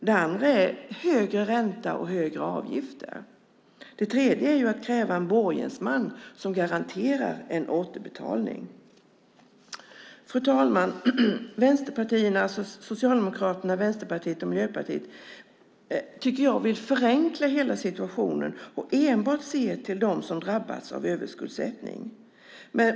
Den andra är högre ränta och högre avgifter. Den tredje är att kräva en borgensman som garanterar återbetalning. Fru talman! Jag tycker att vänsterpartierna - Socialdemokraterna, Vänsterpartiet och Miljöpartiet - vill förenkla hela situationen och enbart se till dem som drabbats av överskuldsättning.